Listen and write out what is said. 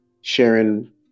sharing